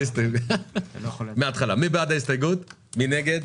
הצבעה ההסתייגות לא אושרה.